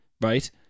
right